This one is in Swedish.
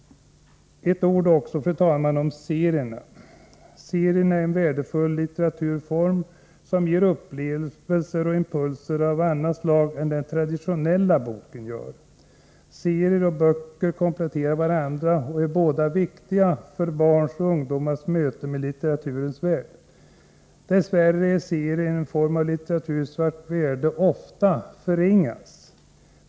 Några ord också, fru talman, om serierna. Serierna är en värdefull litteraturform, som ger upplevelser och impulser av annat slag än den traditionella boken. Serier och böcker kompletterar varandra och är båda viktiga för barns och ungdomars möte med litteraturens värld. Dess värre är serier en form av litteratur vars värde ofta förringas.